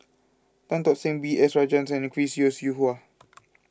Tan Tock San B S Rajhans and Chris Yeo Siew Hua